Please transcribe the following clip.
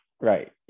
Right